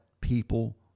people